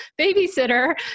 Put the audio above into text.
babysitter